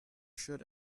should